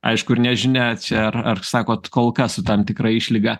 aišku ir nežinia ar ar sakot kol kas su tam tikra išlyga